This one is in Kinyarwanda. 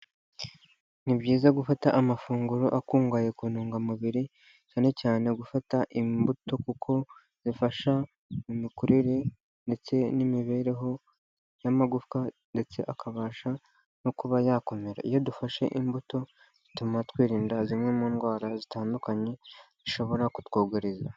Ni byiza gufata amafunguro akungahaye ku ntungamubiri cyane cyane gufata imbuto kuko zifasha mu mikurire ndetse n'imibereho y'amagufwa, ndetse akabasha no kuba yakomera. Iyo dufashe imbuto zituma twirinda zimwe mu ndwara zitandukanye zishobora kutwugariza.